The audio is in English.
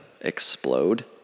explode